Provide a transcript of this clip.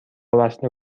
وصله